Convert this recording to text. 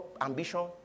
ambition